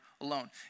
alone